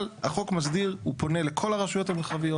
אבל, החוק מסדיר, הוא פונה לכל הרשויות המרחביות.